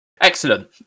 Excellent